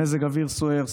במזג אוויר סוער,